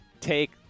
take